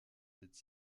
cette